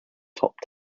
top